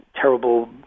terrible